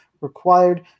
required